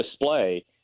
display